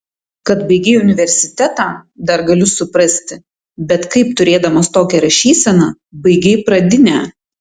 kad baigei universitetą dar galiu suprasti bet kaip turėdamas tokią rašyseną baigei pradinę